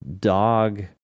dog